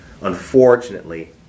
unfortunately